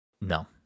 No